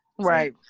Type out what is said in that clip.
Right